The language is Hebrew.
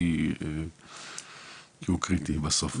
כי הוא קריטי בסוף.